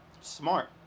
Smart